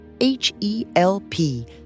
H-E-L-P